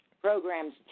programs